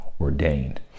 ordained